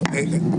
טוב,